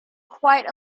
quite